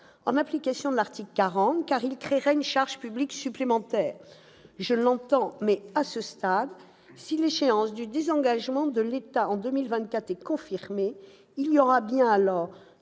en application de l'article 40 de la Constitution, car il créerait une charge publique supplémentaire. Je l'entends, mais, à ce stade, si l'échéance du désengagement de l'État en 2024 est confirmée, il y aura bien,